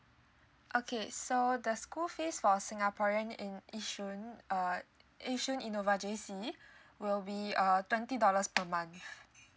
okay so the school fees for singaporean in yishun uh yishun innova J_C will be uh twenty dollars per month